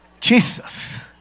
Jesus